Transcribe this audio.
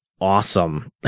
awesome